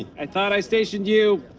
i thought i stationed you.